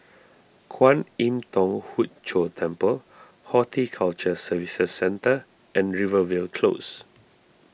Kwan Im Thong Hood Cho Temple Horticulture Services Centre and Rivervale Close